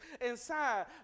inside